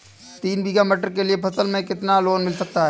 तीन बीघा मटर के लिए फसल पर कितना लोन मिल सकता है?